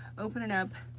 open it up,